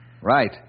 Right